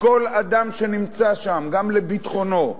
לכל אדם שנמצא שם: גם לביטחונו,